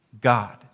God